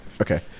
Okay